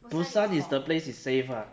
busan is the place is safe ah